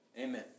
Amen